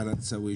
קלנסואה,